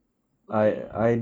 okay